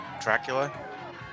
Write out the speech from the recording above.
Dracula